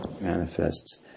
manifests